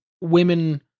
women